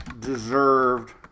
deserved